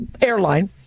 airline